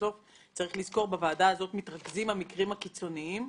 צריך לזכור, בוועדה הזאת מתרכזים המקרים הקיצונים.